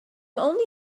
only